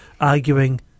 arguing